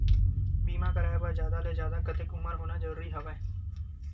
बीमा कराय बर जादा ले जादा कतेक उमर होना जरूरी हवय?